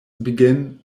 began